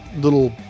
little